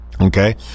Okay